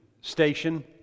station